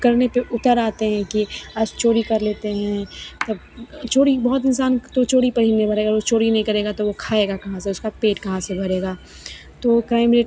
करने पर उतर आते हैं की आस चोरी कर लेते हैं तब चोरी बहुत इंसान तो चोरी पर ही निर्भर है अगर वह चोरी नहीं करेगा तो वह खाएगा कहाँ से उसका पेट कहाँ से भरेगा तो क्राइम रेट